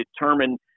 determine –